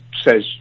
says